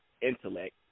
intellect